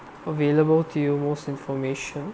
available to most information